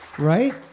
Right